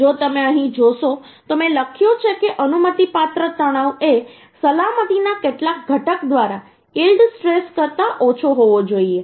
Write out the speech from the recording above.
જો તમે અહીં જોશો તો મેં લખ્યું છે કે અનુમતિપાત્ર તણાવ એ સલામતીના કેટલાક ઘટક દ્વારા યીલ્ડ સ્ટ્રેસ કરતાં ઓછો હોવો જોઈએ